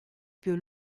più